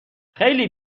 خیلی